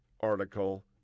article